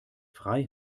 frei